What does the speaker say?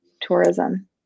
tourism